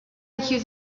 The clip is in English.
accuse